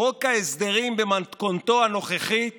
חוק ההסדרים במתכונתו הנוכחית